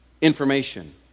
information